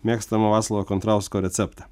mėgstamo vaclovo kontrausko receptą